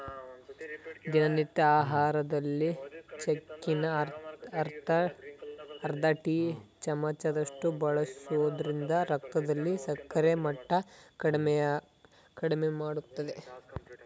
ದಿನನಿತ್ಯ ಆಹಾರದಲ್ಲಿ ಚಕ್ಕೆನ ಅರ್ಧ ಟೀ ಚಮಚದಷ್ಟು ಬಳಸೋದ್ರಿಂದ ರಕ್ತದಲ್ಲಿ ಸಕ್ಕರೆ ಮಟ್ಟ ಕಡಿಮೆಮಾಡ್ತದೆ